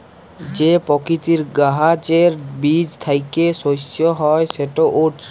যে পকিতির গাহাচের বীজ থ্যাইকে শস্য হ্যয় সেট ওটস